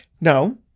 No